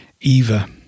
eva